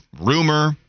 rumor